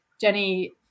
Jenny